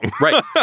right